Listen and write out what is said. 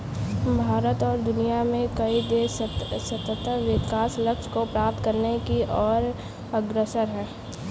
भारत और दुनिया में कई देश सतत् विकास लक्ष्य को प्राप्त करने की ओर अग्रसर है